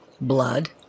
Blood